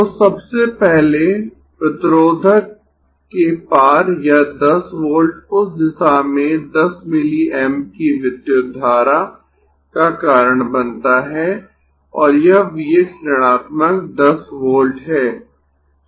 तो सबसे पहले प्रतिरोधक के पार यह 10 वोल्ट उस दिशा में 10 मिलीएम्प की विद्युत धारा का कारण बनता है और यह V x ऋणात्मक 10 वोल्ट है